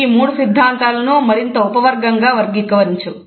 ఈ మూడు సిద్ధాంతాలను మరింత ఉపవర్గంగా వర్గీకరించవచ్చు